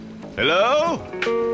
Hello